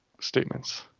statements